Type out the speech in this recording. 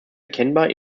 erkennbar